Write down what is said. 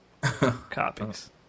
copies